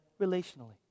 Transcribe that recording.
relationally